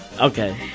Okay